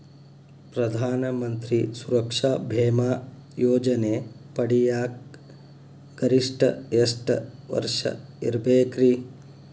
ಪ್ರಧಾನ ಮಂತ್ರಿ ಸುರಕ್ಷಾ ಭೇಮಾ ಯೋಜನೆ ಪಡಿಯಾಕ್ ಗರಿಷ್ಠ ಎಷ್ಟ ವರ್ಷ ಇರ್ಬೇಕ್ರಿ?